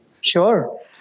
Sure